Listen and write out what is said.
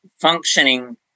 functioning